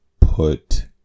put